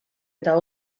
eta